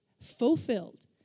fulfilled